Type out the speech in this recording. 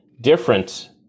different